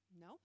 No